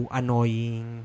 annoying